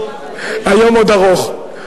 היום עוד ארוך.